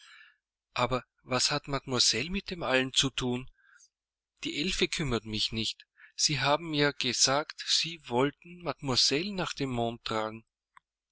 aber was hat mademoiselle mit dem allen zu thun die elfe kümmert mich nicht sie haben ja gesagt sie wollten mademoiselle nach dem mond tragen